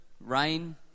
Rain